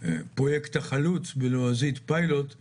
פעולות ספורט,